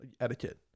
etiquette